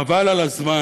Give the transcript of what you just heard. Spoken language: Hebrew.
חבל על הזמן.